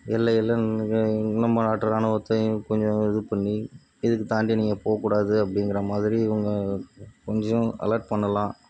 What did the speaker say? எல்லயில் நம்ம நாட்டு ராணுவத்தையும் கொஞ்சம் இது பண்ணி இதுக்கு தாண்டி நீங்கள் போகக்கூடாது அப்படிங்கிற மாதிரி இவங்க கொஞ்சம் அலர்ட் பண்ணலாம்